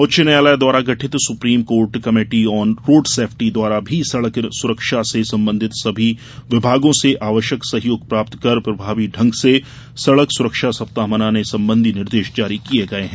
उच्च न्यायालय द्वारा गठित supreme court committee on road safety द्वारा भी सड़क सुरक्षा से संबंधित सभी विभागों से आवश्यक सहयोग प्राप्त कर प्रभावी ढंग से सड़क सुरक्षा सप्ताह मनाने संबंधी निर्देश जारी किये गये हैं